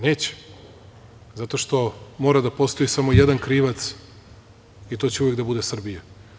Neće, zato što mora da postoji samo jedan krivac i to će uvek da bude Srbija.